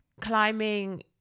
climbing